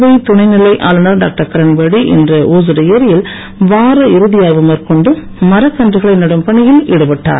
புதுவை துணைநிலை ஆளுநர் டாக்டர் கிரண்பேடி இன்று ஊசுடு ஏரியில் வார இறுதி ஆய்வு மேற்கொண்டு மரக்கன்றுகளை நடும் பணியில் ஈடுபட்டார்